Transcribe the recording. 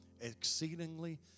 Exceedingly